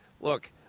Look